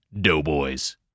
doughboys